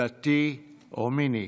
דתי או מיני.